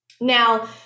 Now